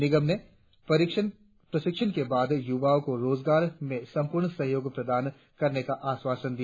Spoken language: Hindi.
निगम ने प्रशिक्षण के बाद यूवाओं को रोजगार में पूर्ण सहयोग प्रदान करने का आश्वासन दिया